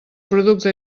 producte